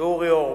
ואורי אורבך.